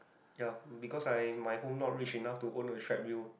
ya because I my home not rich enough to own a treadmill